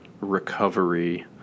recovery